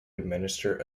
administer